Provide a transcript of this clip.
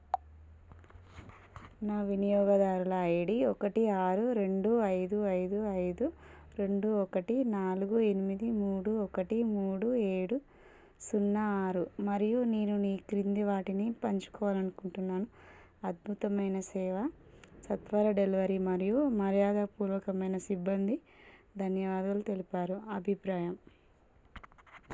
నా వినియోగదారుల ఐడీ ఒకటి ఆరు రెండు ఐదు ఐదు ఐదు రెండు ఒకటి నాలుగు ఎనిమిది మూడు ఒకటి మూడు ఏడు సున్నా ఆరు మరియు నేను ఈ క్రింది వాటిని పంచుకోవాలి అనుకుంటున్నాను అద్భుతమైన సేవ సత్వర డెలివరీ మరియు మర్యాదపూర్వకమైన సిబ్బంది ధన్యవాదాలు తెలిపారు అభిప్రాయం